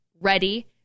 ready